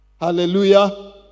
Hallelujah